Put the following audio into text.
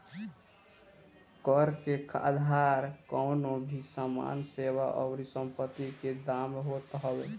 कर के आधार कवनो भी सामान, सेवा अउरी संपत्ति के दाम होत हवे